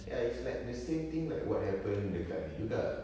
ya it's like the same thing like what happened dekat ini juga